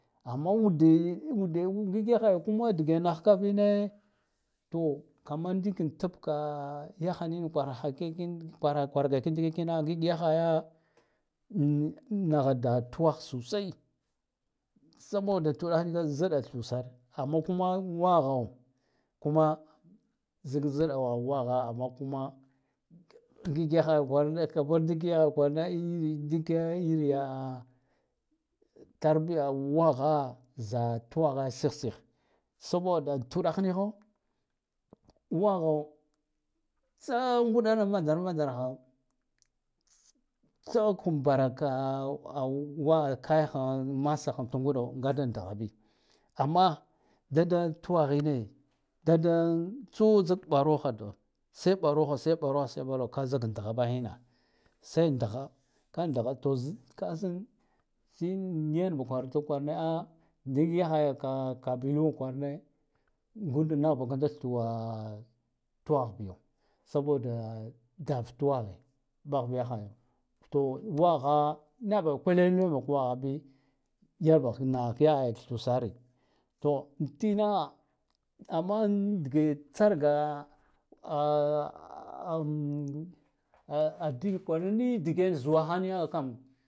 Amma “udey-ude ngik yaghaya kuma dge naghkarine to kaman ndika tibka yaghanina kwaraghakakin kwara kwargaka ngig yaghaya nagh da twagh susar saboda tuɗagh nigho ziɗa thusar amma kuma waghao kuma zika zɗa wagha amma kuma ngig yaghana kwarane ndiki inka tarbiya wagha za twaghe sikh-sikhe saboda tuɗakh nikho wagho tsa nguɗana vandarkha tsa kan mbara ka "au-au-wa-kaighat masab nguɗa nga da nghabi amma dada twaghine da dan tsu zik ɓarogha to se ɓarogha se ɓarogha se ɓarogha ka zik ngha ba khine sai ngha sai ngha to “z-kasan yanba kwartru kwarane a ndik yakhaya ka kabilu kwarane ngude nagh bakanda thwa twagh biyo saboda daf twaghe bagh yaghayo to wagha bi yan baghak naghak yagha thusare to kina amman dge tsarga adin kwaran nidgne zuwagha niya kam.